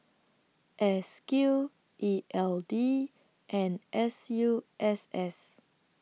S Q E L D and S U S S